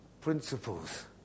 principles